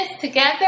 together